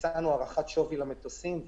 ביצענו הערכת שווי למטוסים,